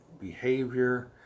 behavior